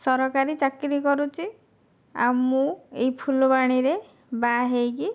ସରକାରୀ ଚାକିରି କରୁଛି ଆଉ ମୁଁ ଏଇ ଫୁଲବାଣୀରେ ବାହା ହୋଇକି